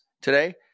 today